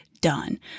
done